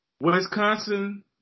Wisconsin